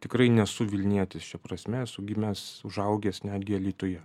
tikrai nesu vilnietis šia prasme esu gimęs užaugęs netgi alytuje